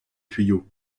tuyau